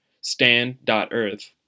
Stand.Earth